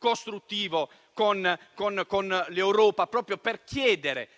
costruttivo con l'Europa proprio per chiedere